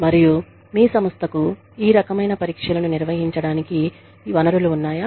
మరియు మీ సంస్థకు ఈ రకమైన పరీక్షలను నిర్వహించడానికి వనరులు ఉన్నాయా